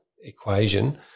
equation